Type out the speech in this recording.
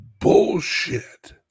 bullshit